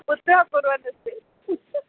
पुत्रः कुर्वन्नस्ति